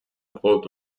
მხოლოდ